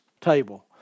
table